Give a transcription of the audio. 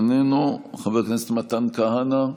איננו, חבר הכנסת מתן כהנא,